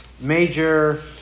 major